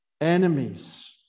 enemies